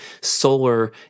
solar